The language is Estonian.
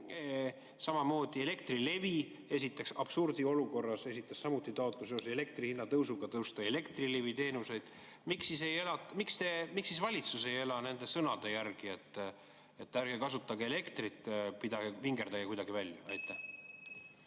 Samamoodi Elektrilevi absurdiolukorras esitas samuti taotluse seoses elektri hinna tõusuga tõsta Elektrilevi teenuste [hinda]. Miks siis valitsus ei ela nende sõnade järgi, et ärge kasutage elektrit, vingerdage kuidagi välja? Aitäh!